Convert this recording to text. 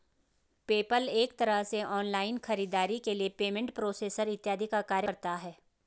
PayPal एक तरह से ऑनलाइन खरीदारी के लिए पेमेंट प्रोसेसर इत्यादि का कार्य करता है